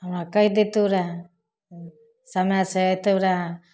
हमरा कहि दैतहुँ रहऽ समयसँ अइतौं रहऽ